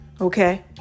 Okay